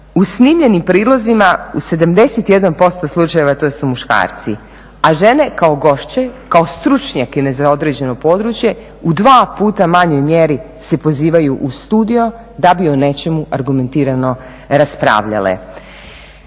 u snimljenim prilozima, u 71% slučajeva to su muškarci, a žene kao gošće, kao stručnjakinje za određeno područje u 2 puta manjoj mjeri se pozivaju u studio da bi o nečemu argumentirano raspravljale.